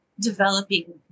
developing